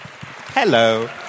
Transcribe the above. Hello